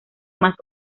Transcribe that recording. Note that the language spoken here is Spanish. más